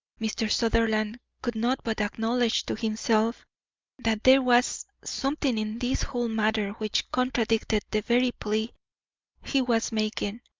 mr. sutherland could not but acknowledge to himself that there was something in this whole matter which contradicted the very plea he was making,